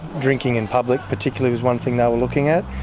drinking in public particularly was one thing they were looking at.